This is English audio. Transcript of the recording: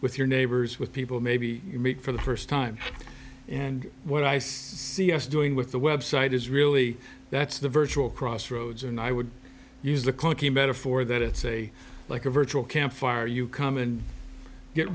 with your neighbors with people maybe for the first time and what i see us doing with the website is really that's the virtual crossroads and i would use the clunky metaphor that it's a like a virtual campfire you come and get